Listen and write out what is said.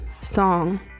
song